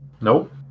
Nope